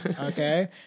Okay